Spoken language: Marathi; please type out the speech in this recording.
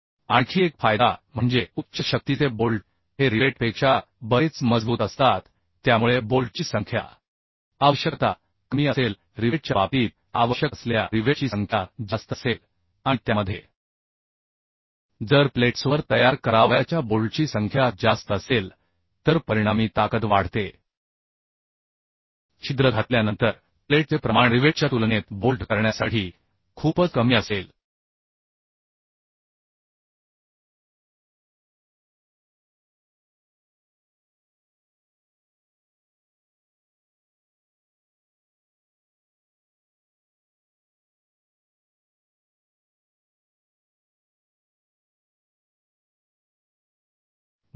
आणखी एक फायदा म्हणजे उच्च शक्तीचे बोल्ट हे रिवेटपेक्षा बरेच मजबूत असतात त्यामुळे बोल्टची संख्या आवश्यकता कमी असेल रिवेटच्या बाबतीत आवश्यक असलेल्या रिवेटची संख्या जास्त असेल आणि त्यामध्ये जर प्लेट्सवर तयार करावयाच्या बोल्टची संख्या जास्त असेल तर परिणामी ताकद वाढते छिद्र घातल्यानंतर प्लेटचे प्रमाण रिवेटच्या तुलनेत बोल्ट करण्यासाठी खूपच कमी असेल